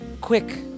Quick